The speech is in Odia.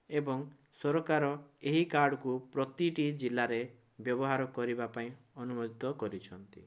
ଏବଂ ସରକାର ଏହି କାର୍ଡ଼କୁ ପ୍ରତିଟି ଜିଲ୍ଲାରେ ବ୍ୟବହାର କରିବା ପାଇଁ ଅନୁମୋଦିତ କରିଛନ୍ତି